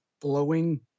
Blowing